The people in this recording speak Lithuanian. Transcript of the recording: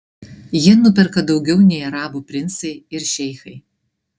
jie nuperka daugiau nei arabų princai ir šeichai